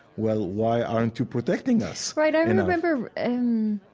well, why aren't you protecting us? right. i remember, um,